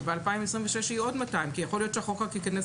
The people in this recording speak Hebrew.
ובשנת 2026 יהיו עוד 200 כי יכול להיות שהחוק ייכנס